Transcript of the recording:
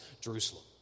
Jerusalem